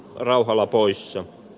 rauhala poissa